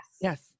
Yes